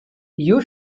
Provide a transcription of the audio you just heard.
you